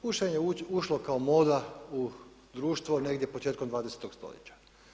Pušenje je ušlo kao moda u društvo negdje početkom 20.-tog stoljeća.